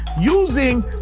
using